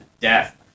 death